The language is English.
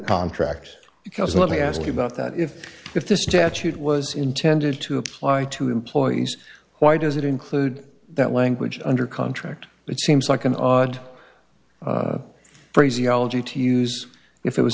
contract because let me ask you about that if if this statute was intended to apply to employees why does it include that language under contract it seems like an odd phraseology to use if it was